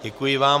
Děkuji vám.